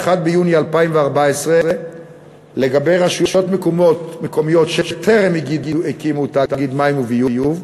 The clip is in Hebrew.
1 ביוני 2014 לגבי רשויות מקומיות שטרם הקימו תאגיד מים וביוב,